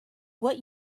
what